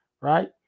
right